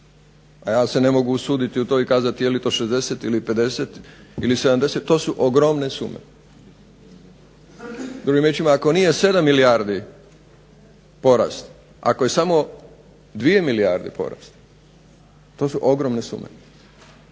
a ja se ne mogu usuditi u to i kazati je li to 60 ili 50 ili 70, to su ogromne sume. Drugim riječima, ako nije 7 milijardi porast, ako je samo 2 milijarde porast to su ogromne sume